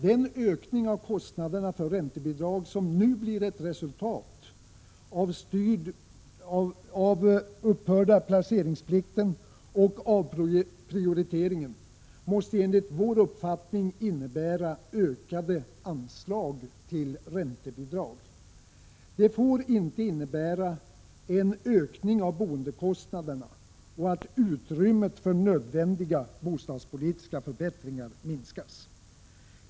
Den ökning av kostnaderna för räntebidrag som nu blir ett resultat av upphävandet av placeringsplikten och avprioriteringen måste enligt vår uppfattning innebära ökade anslag till räntebidrag. Det får inte innebära en ökning av boendekostnaderna och att utrymmet för nödvändiga bostadspolitiska förbättringar minskas.